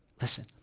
Listen